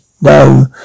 No